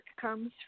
comes